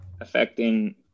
affecting